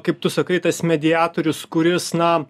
kaip tu sakai tas mediatorius kuris na